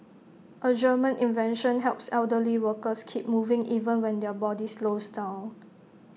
A German invention helps elderly workers keep moving even when their body slows down